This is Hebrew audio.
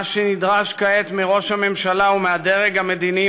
מה שנדרש כעת מראש הממשלה ומהדרג המדיני,